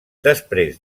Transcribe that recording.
després